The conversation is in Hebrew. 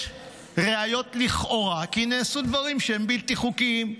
ראיות לכאורה כי נעשו דברים בלתי חוקיים.